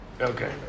Okay